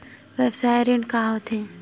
व्यवसाय ऋण का होथे?